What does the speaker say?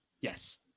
Yes